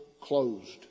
closed